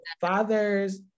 fathers